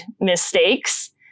mistakes